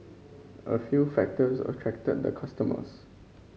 a few factors attracted the customers